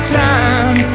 time